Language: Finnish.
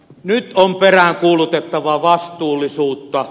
nyt on peräänkuulutettava vastuullisuutta